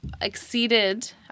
exceeded